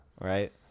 right